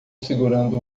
segurando